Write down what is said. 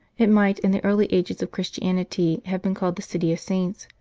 it might in the early ages of christianity have been called the city of saints,